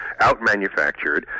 outmanufactured